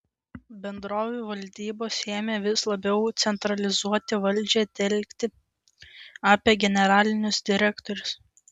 bendrovių valdybos ėmė vis labiau centralizuotą valdžią telkti apie generalinius direktorius